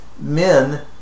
Men